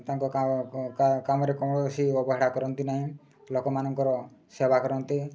ତାଙ୍କ କାମରେ କୌଣସି ଅବହେଳା କରନ୍ତି ନାହିଁ ଲୋକମାନଙ୍କର ସେବା କରନ୍ତି